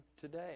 today